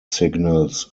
signals